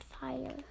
fire